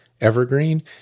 evergreen